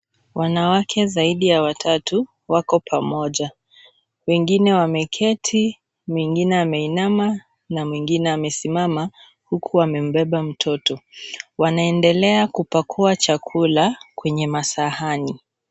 Wanawake zaidi ya watatu wako pamoja, wengine wameketi, mwingine ameinama, na mwingine amesimama, huku amembeba mtoo, wanaendelea kupakua chakula, kwenye masahani.